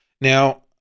Now